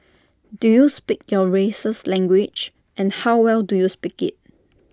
do you speak your race's language and how well do you speak IT